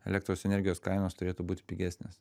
elektros energijos kainos turėtų būt pigesnės